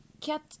cat